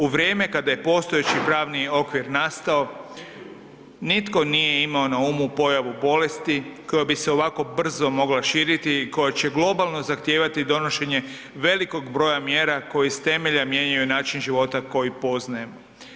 U vrijeme kada je postojeći pravni okvir nastao nitko nije imao na umu pojavu bolesti koja bi se ovako brzo mogla širiti i koja će globalno zahtijevati donošenje velikog broja mjera koje iz temelja mijenjaju način života koji poznajemo.